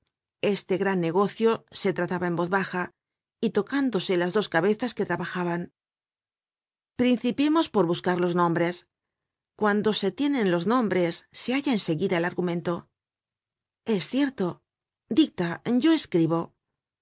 este gran negocio se trataba en voz baja y tocándose las dos cabezas que trabajaban principiemos por buscar los nombres cuando se tienen los nombres se halla en seguida el argumento es cierto dicta yo escribo